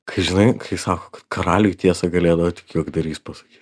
kai žinai kai sako karaliui tiesą galėdavo tik juokdarys pasakyt